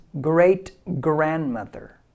great-grandmother